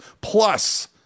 plus